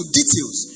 details